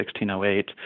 1608